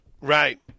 right